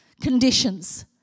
conditions